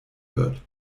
wird